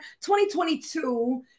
2022